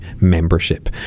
membership